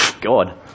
God